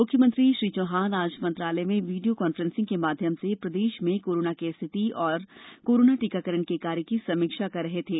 मुख्यमंत्री श्री चौहान आज मंत्रालय में वीडियो कॉन्फ्रेंसिंग के माध्यम से प्रदेश में कोरोना की स्थिति तथा कोरोना टीकाकरण के कार्य की समीक्षा कर रहे थे